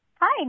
Hi